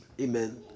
Amen